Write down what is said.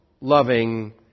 loving